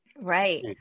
right